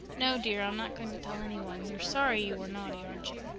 no, dear, i'm not going to tell any one. you are sorry you were naughty, aren't you?